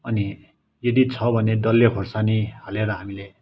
अनि यदि छ भने डल्ले खोर्सानी हालेर हामीले